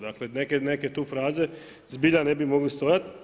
Dakle neke tu fraze zbilja ne bi mogli stojati.